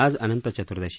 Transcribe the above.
आज अनंत चतुर्दशी